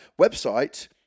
website